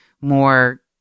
more